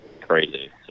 crazy